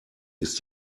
ist